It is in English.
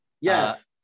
Yes